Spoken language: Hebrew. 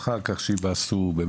הוא עבר --- על כך שיבא עשו מאמצים.